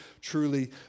truly